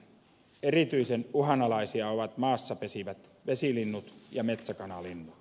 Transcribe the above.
erityisen uhanalaisia ovat maassa pesivät vesilinnut ja metsäkanalinnut